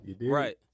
Right